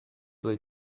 tuoi